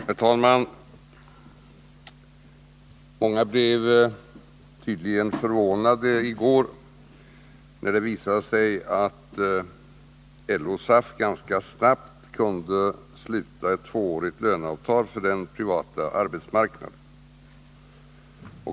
Herr talman! Många blev tydligen förvånade i går när det visade sig att LO och SAF ganska snabbt kunde sluta ett tvåårigt löneavtal för den privata arbetsmarknaden.